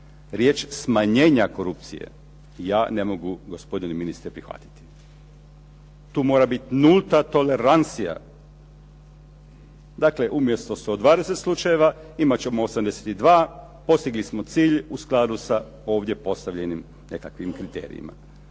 Riječ: "smanjenja korupcije" ja ne mogu gospodine ministre prihvatiti. Tu mora biti nulta tolerancija. Dakle, umjesto 120 slučajeva imat ćemo 82. Postigli smo cilj u skladu sa ovdje postavljenim nekakvim kriterijima.